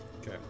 Okay